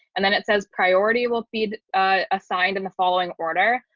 and then it says priority will be assigned in the following order.